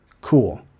cool